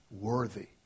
worthy